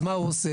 אז מה הוא עושה?